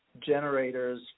generators